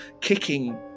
kicking